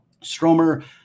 Stromer